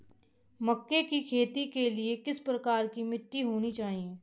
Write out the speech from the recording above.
मक्के की खेती के लिए किस प्रकार की मिट्टी होनी चाहिए?